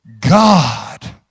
God